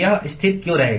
यह स्थिर क्यों रहेगा